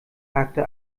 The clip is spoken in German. hakte